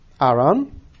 Aaron